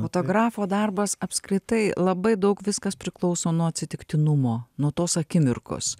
fotografo darbas apskritai labai daug viskas priklauso nuo atsitiktinumo nuo tos akimirkos